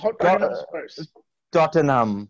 Tottenham